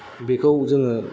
बेखौ जोङो